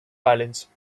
islands